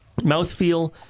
Mouthfeel